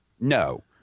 No